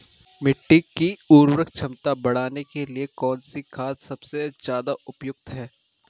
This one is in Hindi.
मिट्टी की उर्वरा क्षमता बढ़ाने के लिए कौन सी खाद सबसे ज़्यादा उपयुक्त है?